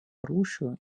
rūšių